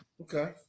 Okay